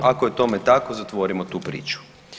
Ako je tome tako, zatvorimo tu priču.